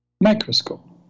Microscope